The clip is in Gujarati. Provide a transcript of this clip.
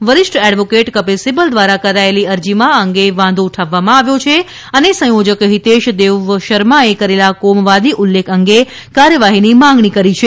વરિષ્ઠ એડવોકેટ કપિલ સિબ્બલ દ્વારા કરાયેલી અરજીમાં આ અંગે વાંધો ઉઠાવવામાં આવ્યો છે અને સંથોજક હિતેશ દેવશર્માએ કરેલા કોમવાદી ઉલ્લેખ અંગે કાર્યવાહીની માગણી કરી છે